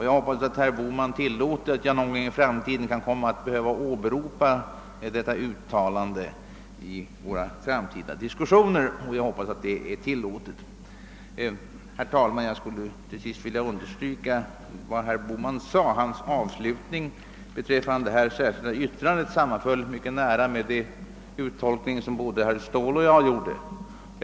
Jag kanske någon gång i våra framtida diskussioner kan komma att behöva åberopa det uttalandet, och jag hoppas att det skall vara tillåtet. Herr talman! Jag skulle till sist vilja understryka vad herr Bohman i slutet av sitt anförande sade om det särskilda yttrandet. Det sammanföll mycket nära med den uttolkning som både herr Ståhl och jag tidigare gjort.